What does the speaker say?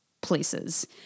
places